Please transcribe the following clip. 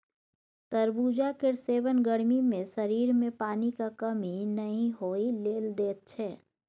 तरबुजा केर सेबन गर्मी मे शरीर मे पानिक कमी नहि होइ लेल दैत छै